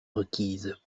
requise